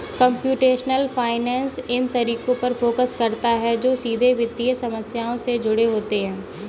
computational finance इन तरीकों पर फोकस करता है जो सीधे वित्तीय समस्याओं से जुड़े होते हैं